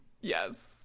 yes